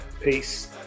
Peace